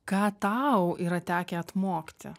ką tau yra tekę atmokti